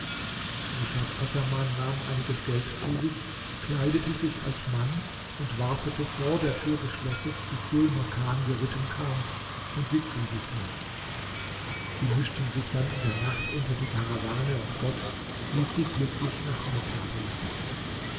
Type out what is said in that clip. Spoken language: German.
nushat assaman nahm einiges geld zu sich kleidete sich als mann und wartete vor der tür des schlosses bis dhul makan geritten kam und sie zu sich nahm sie mischten sich dann in der nacht unter die karawane und gott ließ sie glücklich nach mekka gelangen